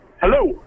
hello